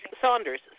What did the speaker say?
Saunders